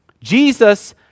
Jesus